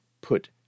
put